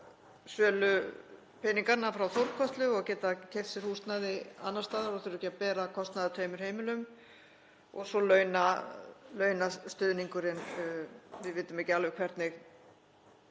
sölupeningana frá Þórkötlu og geta keypt sér húsnæði annars staðar og þurfa ekki að bera kostnað af tveimur heimilum og svo launastuðningurinn, við vitum ekki alveg hvernig